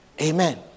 Amen